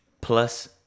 plus